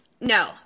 no